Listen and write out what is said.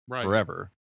forever